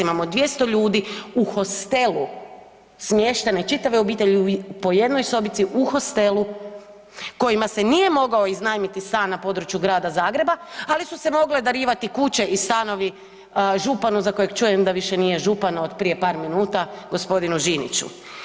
Imamo 200 ljudi u hostelu smještene čitave obitelji po jednoj sobici u hostelu kojima se nije mogao iznajmiti stan na području grada Zagreba, ali su se mogle darivati kuće i stanovi županu za kojeg čujem da više nije župan od prije par minuta, gospodinu Žiniću.